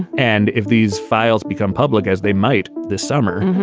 and if these files become public, as they might this summer,